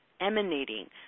emanating